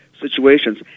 situations